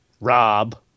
Rob